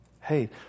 Hey